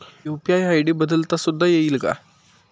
UPI ID बदलता सुद्धा येईल का?